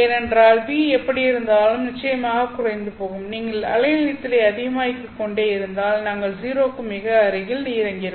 ஏனென்றால் V எப்படியிருந்தாலும் நிச்சயமாக குறைந்து போகும் நீங்கள் அலை நீளத்தை அதிகமாக்கிக் கொண்டே இருந்தால் நாங்கள் 0 க்கு மிக அருகில் இறங்கியிருப்போம்